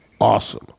awesome